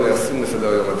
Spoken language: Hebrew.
להסיר מסדר-היום.